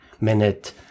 minute